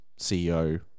CEO